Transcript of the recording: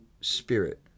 spirit